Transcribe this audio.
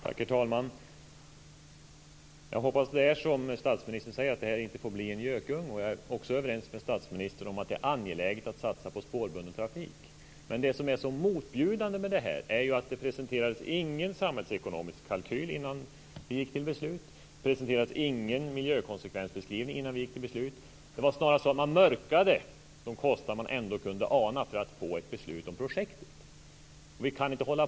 Herr talman! Jag hoppas att det är som statsministern säger att projektet inte är någon gökunge. Jag är också överens med statsministern om att det är angeläget att satsa på spårbunden trafik. Men det som är så motbjudande med detta är att det inte presenterades någon samhällsekonomisk kalkyl innan vi gick till beslut. Det presenterades ingen miljökonsekvensbeskrivning innan vi gick till beslut. Det var snarast så att man mörkade de kostnader man ändå kunde ana för att få ett beslut om projektet.